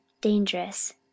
dangerous